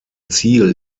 ziel